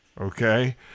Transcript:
Okay